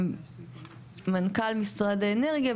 מנכ״ל משרד האנרגיה,